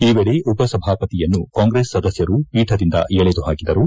ಈ ವೇಳೆ ಉಪಸಭಾಪತಿಯನ್ನು ಕಾಂಗ್ರೆಸ್ ಸದಸ್ಯರು ಪೀಠದಿಂದ ಎಳೆದು ಹಾಕಿದರು